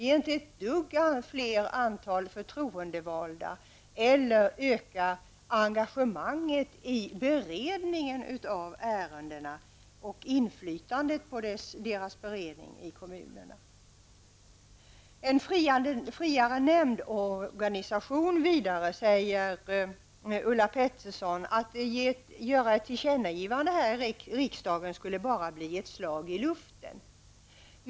Antalet förtroendevalda blir inte fler och det ökar inte heller engagemanget vid beredning av ärendena. Ulla Pettersson sade att ett tillkännagivande från riksdagen om en friare nämndorganisation bara skulle bli ett slag i luften.